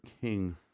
king